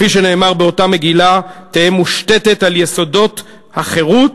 כפי שנאמר באותה מגילה: "תהא מושתתת על יסודות החירות,